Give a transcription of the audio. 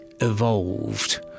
evolved